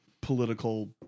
political